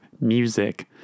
Music